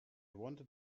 wanted